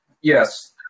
yes